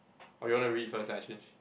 or you want to read first then I change